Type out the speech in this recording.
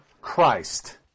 Christ